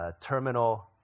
terminal